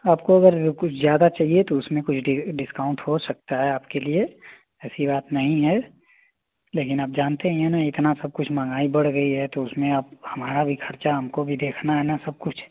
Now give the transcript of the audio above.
आपको अगर कुछ ज़्यादा चाहिए तो उसमें कुछ डिस्काउंट हो सकता है आपके लिए ऐसी बात नहीं है लेकिन आप जानते हैं न इतना सब कुछ महँगाई बढ़ गई है तो उसमें अब हमारा भी खर्चा हमको भी देखना है न सब कुछ